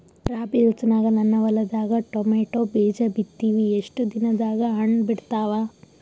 ರಾಬಿ ಋತುನಾಗ ನನ್ನ ಹೊಲದಾಗ ಟೊಮೇಟೊ ಬೀಜ ಬಿತ್ತಿವಿ, ಎಷ್ಟು ದಿನದಾಗ ಹಣ್ಣ ಬಿಡ್ತಾವ?